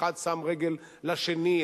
אחד שם רגל לשני,